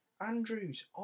Andrews